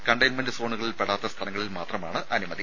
containment സോണുകളിൽപ്പെടാത്ത സ്ഥലങ്ങളിൽ മാത്രമാണ് അനുമതി